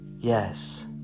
Yes